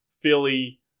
Philly